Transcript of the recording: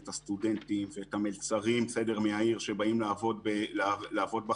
את הסטודנטים ואת המלצרים שבאים מהעיר לעבוד בחקלאות.